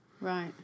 Right